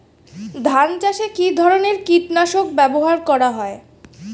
ধান চাষে কী ধরনের কীট নাশক ব্যাবহার করা হয়?